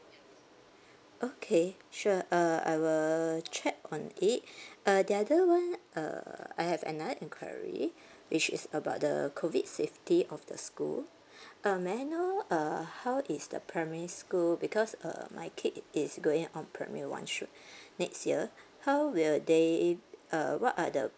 okay sure uh I'll check on it uh the other one uh I have another enquiry which is about the COVID safety of the school um may I know uh how is the primary school because uh my kid is going on primary one shoot next year how will they uh what are the